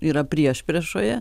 yra priešpriešoje